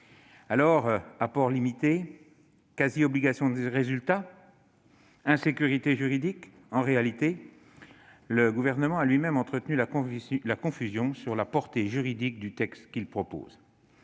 Apport limité ? Quasi-obligation de résultat ? Insécurité juridique ? En réalité, le Gouvernement a lui-même entretenu la confusion sur la portée juridique du texte qu'il propose.